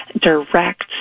direct